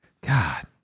God